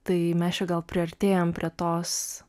tai mes čia gal priartėjam prie tos